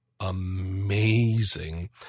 amazing